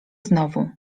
znowu